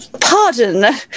Pardon